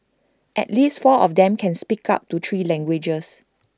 at least four of them can speak up to three languages